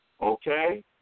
okay